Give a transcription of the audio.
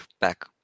back